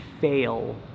fail